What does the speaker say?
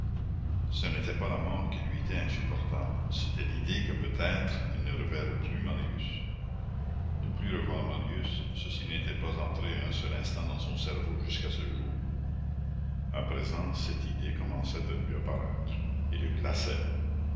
ce n'était pas la mort qui lui était insupportable c'était l'idée que peut-être il ne reverrait plus marius ne plus revoir marius ceci n'était pas entré un seul instant dans son cerveau jusqu'à ce jour à présent cette idée commençait à lui apparaître et le glaçait